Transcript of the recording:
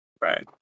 Right